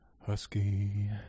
Husky